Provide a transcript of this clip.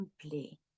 simply